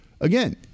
Again